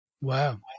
Wow